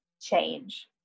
change